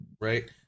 right